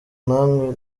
namwe